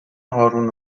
هارون